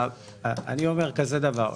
אומר כזה דבר,